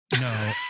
No